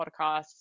podcasts